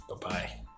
Bye-bye